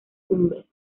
tumbes